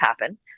happen